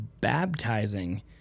baptizing